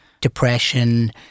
depression